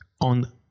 on